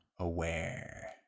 aware